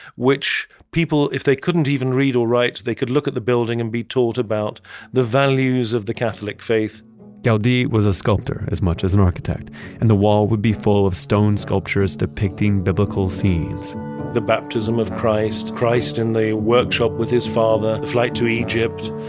which people, if they couldn't even read or write, they could look at the building and be taught about the values of the catholic faith gaudi was a sculptor as much as an architect and the wall would be full of stone sculptures depicting biblical scenes the baptism of christ, christ in the workshop with his father, the flight to egypt,